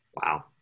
wow